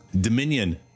Dominion